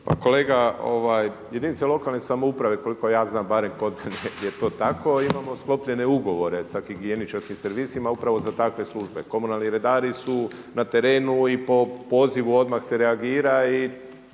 Kolega, jedinica lokalne samouprave koliko ja znam barem kod mene je to tako imamo sklopljene ugovore sa higijeničarskim servisima upravo za takve službe. Komunalni redari su na trenu i po pozivu odmah se reagira i